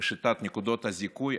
מהפכה בשיטת נקודות הזיכוי.